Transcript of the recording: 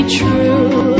true